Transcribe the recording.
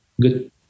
good